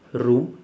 room